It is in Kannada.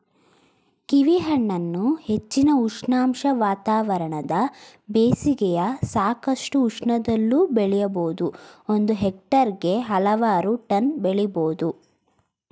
ಕೀವಿಹಣ್ಣನ್ನು ಹೆಚ್ಚಿನ ಉಷ್ಣಾಂಶ ವಾತಾವರಣದ ಬೇಸಿಗೆಯ ಸಾಕಷ್ಟು ಉಷ್ಣದಲ್ಲೂ ಬೆಳಿಬೋದು ಒಂದು ಹೆಕ್ಟೇರ್ಗೆ ಹಲವಾರು ಟನ್ ಬೆಳಿಬೋದು